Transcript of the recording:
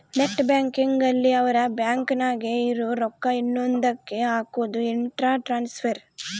net banking ಅಲ್ಲಿ ಅವ್ರ bank ನಾಗೇ ಇರೊ ರೊಕ್ಕ ಇನ್ನೊಂದ ಕ್ಕೆ ಹಕೋದು ಇಂಟ್ರ ಟ್ರಾನ್ಸ್ಫರ್